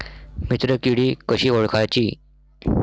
मित्र किडी कशी ओळखाची?